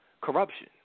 corruption